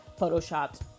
photoshopped